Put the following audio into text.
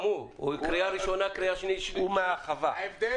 כלומר, מעל חמישה